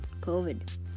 COVID